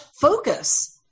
focus